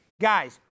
guys